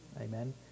Amen